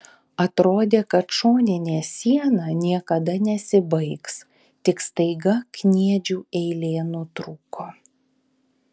atrodė kad šoninė siena niekada nesibaigs tik staiga kniedžių eilė nutrūko